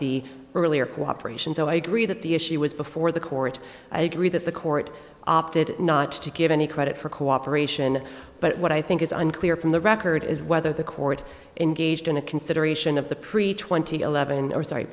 the earlier cooperation so i agree that the issue was before the court i agree that the court opted not to give any credit for cooperation but what i think is unclear from the record is whether the court engaged in a consideration of the pre twenty eleven or sorry